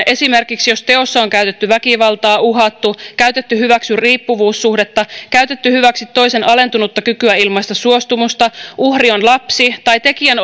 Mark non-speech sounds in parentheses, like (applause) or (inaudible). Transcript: (unintelligible) esimerkiksi silloin jos teossa on käytetty väkivaltaa uhattu käytetty hyväksi riippuvuussuhdetta käytetty hyväksi toisen alentunutta kykyä ilmaista suostumusta uhri on lapsi tai tekijän (unintelligible)